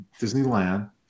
Disneyland